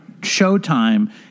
Showtime